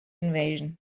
invasion